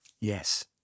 Yes